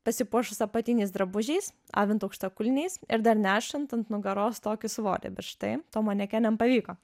pasipuošus apatiniais drabužiais avint aukštakulniais ir dar nešant ant nugaros tokį svorį bet štai tom manekenėm pavyko